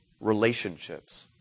Relationships